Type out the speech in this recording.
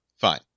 fine